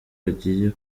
agiye